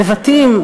לבתים,